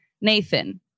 Nathan